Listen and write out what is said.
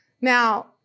Now